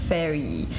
Fairy